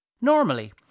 Normally